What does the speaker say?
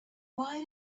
why